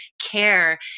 care